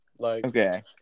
Okay